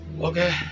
okay